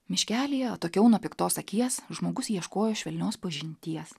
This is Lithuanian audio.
miškelyje atokiau nuo piktos akies žmogus ieškojo švelnios pažinties